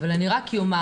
אבל רק אומר,